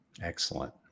Excellent